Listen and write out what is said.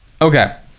Okay